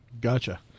Gotcha